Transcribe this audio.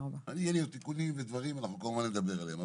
יהיו לי עוד תיקונים ודברים ואנחנו כמובן נדבר עליהם.